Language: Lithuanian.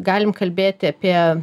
galim kalbėti apie